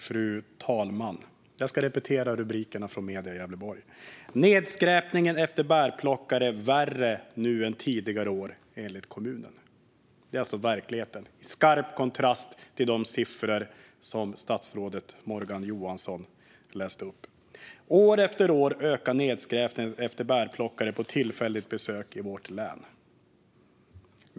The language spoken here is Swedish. Fru talman! Jag ska repetera rubrikerna från medier i Gävleborg: "Nedskräpningen efter bärplockare värre nu än tidigare år enligt kommunen". Detta är alltså verkligheten, i skarp kontrast till de siffror som statsrådet Morgan Johansson läste upp. "År efter år ökar nedskräpningen efter bärplockare på tillfälligt besök i vårt län".